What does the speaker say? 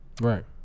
Right